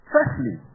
Firstly